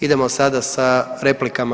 Idemo sada sa replikama.